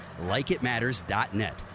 LikeItMatters.net